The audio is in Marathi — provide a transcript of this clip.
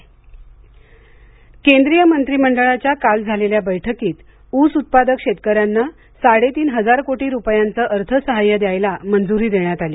केंद्रीय मंत्रिमंडळ केंद्रीय मंत्रिमंडळाच्या काल झालेल्या बैठकीत ऊस उत्पादक शेतकऱ्यांना साडेतीन हजार कोटी रुपयांचं अर्थसहाय्य द्यायला मंजूरी देण्यात आली